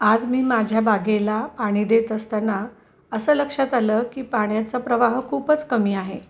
आज मी माझ्या बागेला पाणी देत असताना असं लक्षात आलं की पाण्याचा प्रवाह खूपच कमी आहे